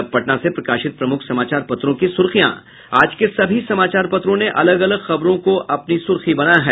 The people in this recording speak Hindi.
और अब पटना से प्रकाशित प्रमुख समाचार पत्रों की सुर्खियां आज के सभी समाचार पत्रों ने अलग अगल खबर को अपनी सुर्खी बनाया है